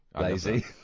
lazy